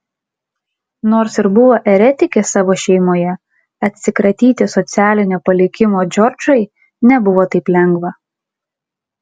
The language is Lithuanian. nors ir buvo eretikė savo šeimoje atsikratyti socialinio palikimo džordžai nebuvo taip lengva